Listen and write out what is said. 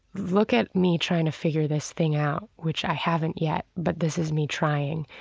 look at me trying to figure this thing out, which i haven't yet, but this is me trying.